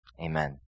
Amen